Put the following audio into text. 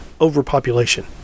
overpopulation